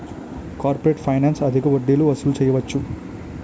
corporate ఫైనాన్స్లో అధిక వడ్డీలు వసూలు చేయవచ్చు